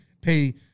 pay